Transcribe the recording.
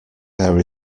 there